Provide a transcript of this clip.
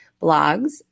blogs